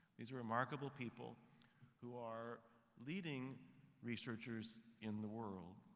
these remarkable people who are leading researchers in the world.